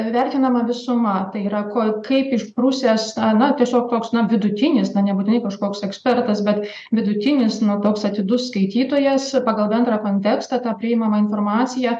vertinama visuma tai yra ko kaip išprusęs na na tiesiog toks vidutinis na nebūtinai kažkoks ekspertas bet vidutinis nu toks atidus skaitytojas pagal bendrą kontekstą tą priimamą informaciją